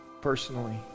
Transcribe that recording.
personally